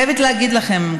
אני חייבת להגיד לכם,